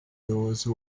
those